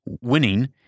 winning